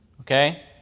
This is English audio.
Okay